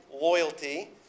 loyalty